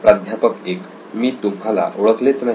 प्राध्यापक 1 मी तुम्हाला ओळखलेच नाही